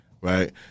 right